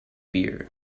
beer